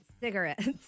Cigarettes